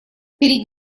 перед